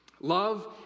Love